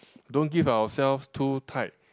don't give ourselves too tight